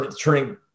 turning